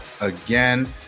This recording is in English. again